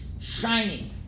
shining